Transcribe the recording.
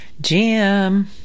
Jim